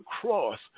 cross